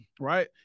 right